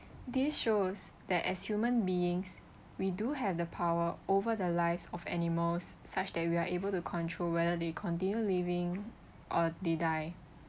this shows that as human beings we do have the power over the lives of animals such that we are able to control whether they continue living or they die